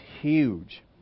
huge